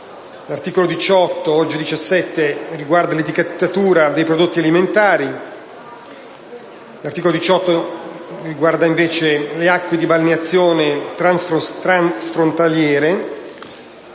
L'articolo 17 riguarda l'etichettatura dei prodotti alimentari. L'articolo 18 riguarda, invece, le acque di balneazione transfrontaliere.